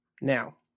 now